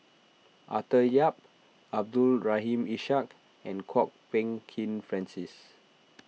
Arthur Yap Abdul Rahim Ishak and Kwok Peng Kin Francis